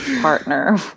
partner